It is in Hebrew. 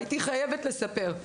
הייתי חייבת לספר,